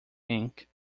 ink